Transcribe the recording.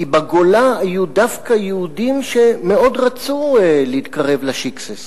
כי בגולה היו דווקא יהודים שמאוד רצו להתקרב לשיקסעס.